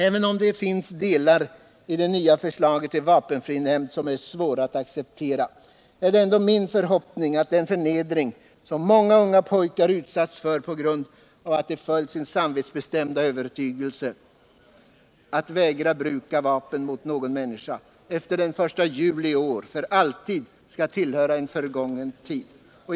Även om det finns delar i det nya förslaget till vapenfrilag som är svåra att acceptera är det ändå min förhoppning att den förnedring som många unga pojkar utsatts för på grund av att de följt sin samvetsbestämda övertygelse att vägra bruka vapen mot någon människa, efter den I juli i år för alltid skall tillhöra en förgången tid.